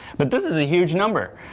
but this is a huge number.